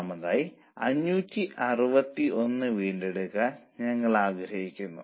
875ൽ കൂടരുത് എന്ന് നമ്മൾക്കറിയാം